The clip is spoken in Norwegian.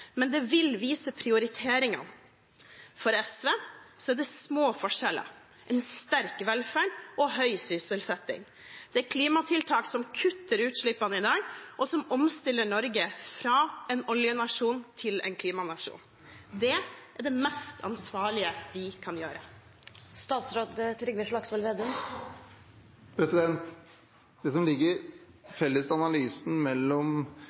men det vil vise hva som er prioriteringene. For SVs del er det små forskjeller, en sterk velferd og høy sysselsetting, og det er klimatiltak som kutter utslippene i dag, og som omstiller Norge fra å være en oljenasjon til å bli en klimanasjon. Det er det mest ansvarlige vi kan gjøre.